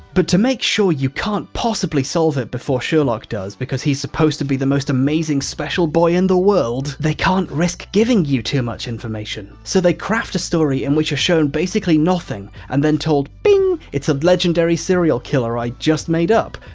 but to make sure you can't possibly solve it before sherlock does because he's supposed to be the most amazing, special boy in the world. they can't risk giving you too much information. so they craft a story in which you're shown basically nothing and then told bing! it's a legendary serial killer i just made up,